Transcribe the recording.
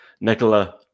Nicola